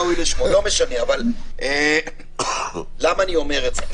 אבל למה אני אומר את זה?